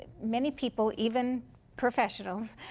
many people, even professionals,